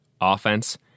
offense